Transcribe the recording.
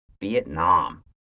Vietnam